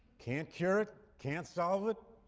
can't cure it, can't solve it,